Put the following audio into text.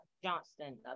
johnston